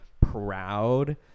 proud